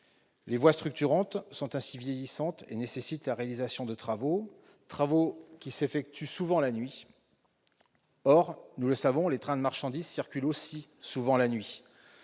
Les voies structurantes sont ainsi vieillissantes et nécessitent la réalisation de travaux, travaux qui s'effectuent souvent la nuit. Or, nous le savons, les trains de marchandises circulent aussi fréquemment la nuit.